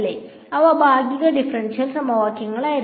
അവ ഭാഗിക ഡിഫറൻഷ്യൽ സമവാക്യങ്ങളായിരുന്നു